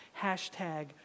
Hashtag